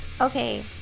Okay